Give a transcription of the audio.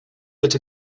that